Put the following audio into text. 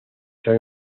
son